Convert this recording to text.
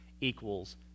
equals